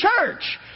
church